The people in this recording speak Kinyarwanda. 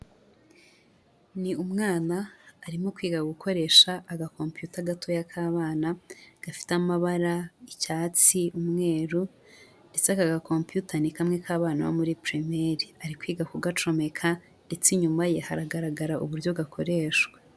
Ni umwana arimo kwiga gukoresha aga computer gatoya k'abana, gafite amabara icyatsi, umweru ndets aka ga compute ni kamwe k'abana bo muri primaire, ari kwiga kugacomeka ndetse inyuma ye haragaragara uburyo gakoreshwa.